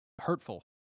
hurtful